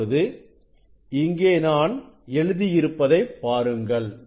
இப்பொழுது இங்கே நான் எழுதி இருப்பதை பாருங்கள்